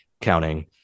counting